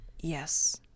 Yes